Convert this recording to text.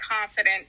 confident